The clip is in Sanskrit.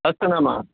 अस्तु नाम